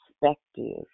perspective